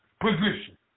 position